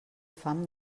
fam